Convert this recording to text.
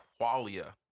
qualia